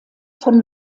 von